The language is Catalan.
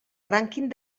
rànquing